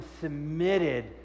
submitted